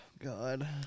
God